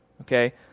okay